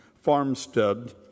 farmstead